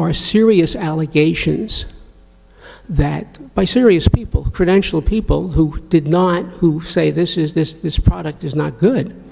are serious allegations that by serious people credentialed people who did not say this is this this product is not good